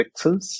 Pixels